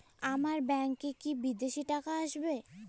আমার ব্যংকে কি বিদেশি টাকা আসবে?